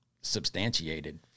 substantiated